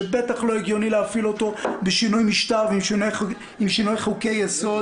שבטח לא הגיוני להפעיל אותו בשינוי משטר ובשינוי חוקי יסוד.